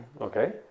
okay